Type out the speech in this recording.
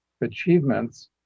achievements